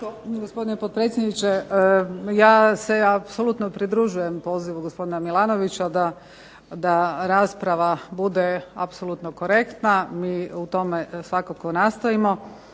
gospodine potpredsjedniče. Ja se apsolutno pridružujem pozivu gospodina Milanovića da rasprava bude apsolutno korektna, mi u tome svakako nastojimo.